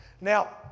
Now